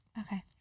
Okay